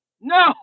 No